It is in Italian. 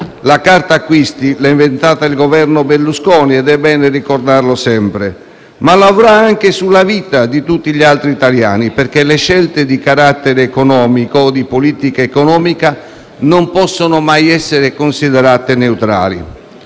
(la carta acquisti l'ha inventata il Governo Berlusconi ed è bene ricordarlo sempre), ma l'avrà anche sulla vita di tutti gli altri italiani, perché le scelte di carattere economico o di politica economica non possono mai essere considerate neutrali.